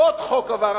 עוד חוק עבר.